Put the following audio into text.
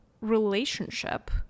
Relationship